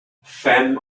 fem